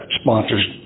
sponsors